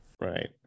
Right